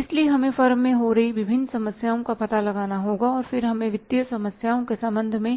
इसलिए हमें फर्म में हो रही विभिन्न समस्याओं का पता लगाना होगा और फिर हमें वित्तीय समस्याओं के संबंध में